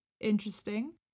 interesting